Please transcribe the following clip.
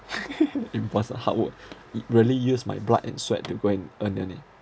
involves uh hard work it really use my blood and sweat to go and earn only